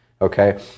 okay